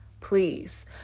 Please